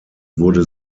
wurde